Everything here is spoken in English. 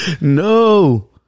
No